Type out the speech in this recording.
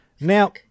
Now